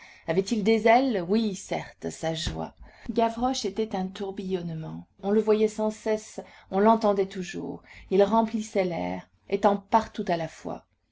avait-il des ailes oui certes sa joie gavroche était un tourbillonnement on le voyait sans cesse on l'entendait toujours il remplissait l'air étant partout à la fois